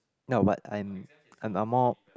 now but I'm I'm I'm more of